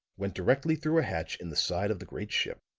went directly through a hatch in the side of the great ship,